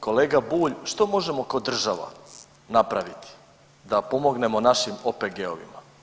Kolega Bulj što možemo ko država napraviti da pomognemo našim OPG-ovima?